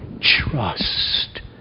trust